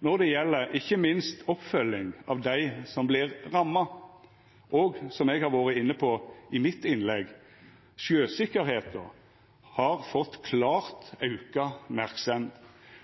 når det gjeld ikkje minst oppfølging av dei som vert ramma, og, som eg har vore inne på i innlegget mitt, at sjøsikkerheita har fått klart auka merksemd,